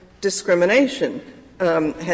discrimination